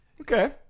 okay